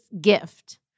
gift